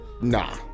nah